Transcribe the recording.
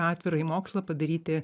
atvirąjį mokslą padaryti